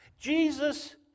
Jesus